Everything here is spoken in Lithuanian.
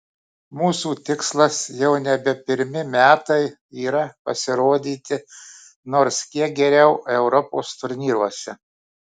mūsų tikslas jau nebe pirmi metai yra pasirodyti nors kiek geriau europos turnyruose